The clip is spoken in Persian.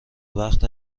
وقت